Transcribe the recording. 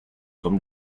from